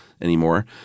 anymore